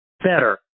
better